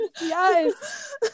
Yes